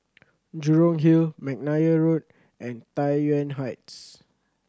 Jurong Hill McNair Road and Tai Yuan Heights